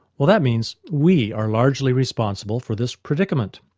well, that means we are largely responsible for this predicament.